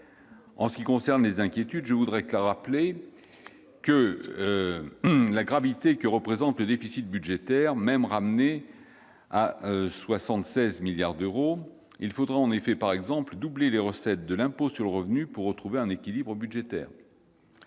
J'en viens aux inquiétudes et tiens à rappeler la gravité que représente un déficit budgétaire, même ramené à 76 milliards d'euros. Il faudrait en effet, par exemple, doubler les recettes de l'impôt sur le revenu pour retrouver l'équilibre budgétaire.